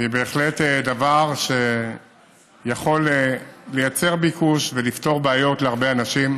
והיא בהחלט דבר שיכול לייצר ביקוש ולפתור בעיות להרבה אנשים.